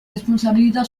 responsabilità